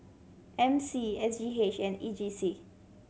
M C S G H and E J C